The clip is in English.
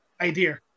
idea